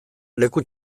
leku